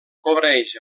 cobreix